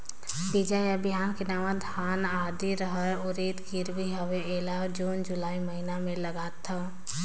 बीजा या बिहान के नवा धान, आदी, रहर, उरीद गिरवी हवे अउ एला जून जुलाई महीना म लगाथेव?